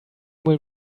will